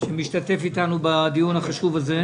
שמשתתף איתנו בדיון החשוב הזה.